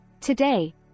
Today